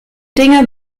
dinge